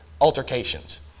altercations